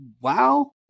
wow